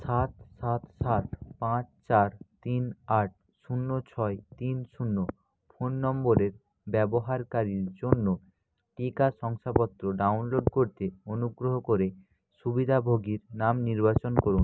সাত সাত সাত পাঁচ চার তিন আট শূন্য ছয় তিন শূন্য ফোন নম্বরের ব্যবহারকারীর জন্য টিকা শংসাপত্র ডাউনলোড করতে অনুগ্রহ করে সুবিধাভোগীর নাম নির্বাচন করুন